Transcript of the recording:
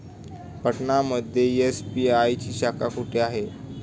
पटना मध्ये एस.बी.आय ची शाखा कुठे आहे?